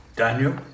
Daniel